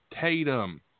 Tatum